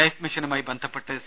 ലൈഫ്മിഷനുമായി ബന്ധപ്പെട്ട് സി